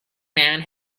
man